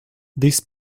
this